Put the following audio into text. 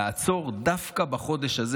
לעצור דווקא בחודש הזה?